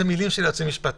אלה מילים של יועצים משפטיים.